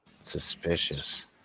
Suspicious